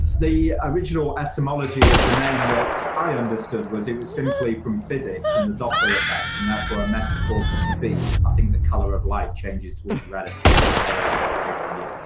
the original etymology of the name that i understood was it was simply from physics and the doppler effect, and therefore a metaphor for speed. i think the color of light changes to red accelerating away from you.